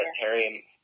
Harry